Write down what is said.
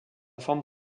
forme